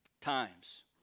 times